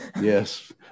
yes